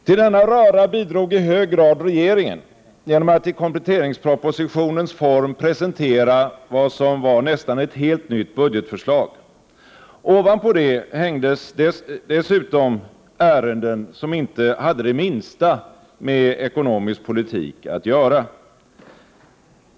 Till denna röra bidrog i hög grad regeringen genom att i kompletteringspropositionens form presentera vad som var nästan ett helt nytt budgetförslag. Ovanpå detta hängdes dessutom ärenden som inte hade det minsta med ekonomisk politik att göra.